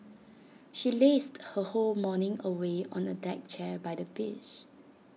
she lazed her whole morning away on A deck chair by the beach